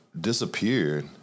disappeared